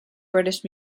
british